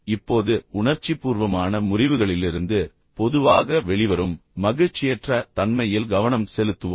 இப்போது உணர்ச்சிபூர்வமான முறிவுகளிலிருந்து பொதுவாக வெளிவரும் மகிழ்ச்சியற்ற தன்மையில் கவனம் செலுத்துவோம்